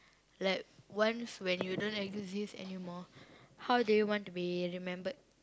like once when you don't exist anymore how do you want to be remembered